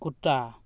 कुत्ता